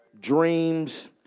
dreams